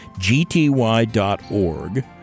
gty.org